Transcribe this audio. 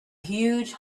huge